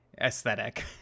aesthetic